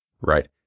Right